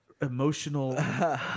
Emotional